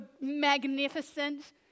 magnificent